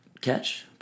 catch